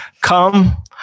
come